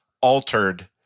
altered